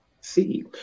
see